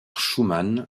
schumann